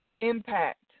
Impact